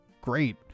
Great